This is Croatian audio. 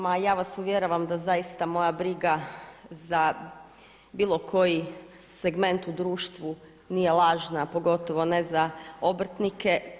Ma ja vas uvjeravam da zaista moja briga za bilo koji segment u društvu nije lažna, a pogotovo ne za obrtnike.